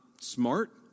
Smart